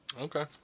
Okay